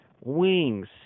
wings